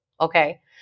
okay